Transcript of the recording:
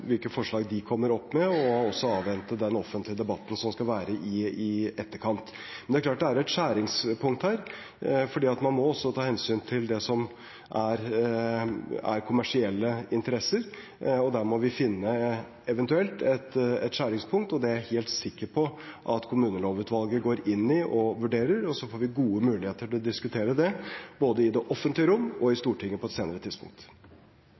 hvilke forslag de kommer opp med og også avvente den offentlige debatten som skal være i etterkant. Men det er klart at det er et skjæringspunkt her, for man må også ta hensyn til det som er kommersielle interesser. Der må vi finne, eventuelt, et skjæringspunkt, og det er jeg helt sikker på at kommunelovutvalget går inn i og vurderer. Så får vi gode muligheter til å diskutere det både i det offentlige rom og i Stortinget på et senere tidspunkt.